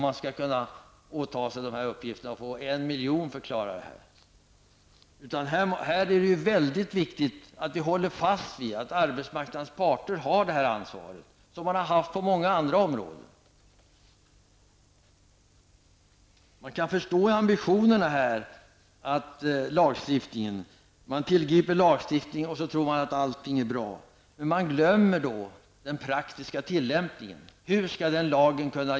Det går inte att med 1 miljon klara den här uppgiften. Det är mycket viktigt att vi håller fast vid att det är arbetsmarknadens parter som skall ha det här ansvaret -- i likhet med vad som har gällt på många andra omrdåen. Jag kan förstå den ambition som man har i detta sammanhang. Men man tror att allting skall gå bra genom att lagstiftning tillgripes. Men man glömmer den praktiska tillämpningen. Hur skall man kunna leva upp till en sådan lag?